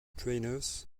trainers